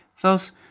Thus